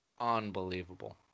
Unbelievable